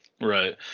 right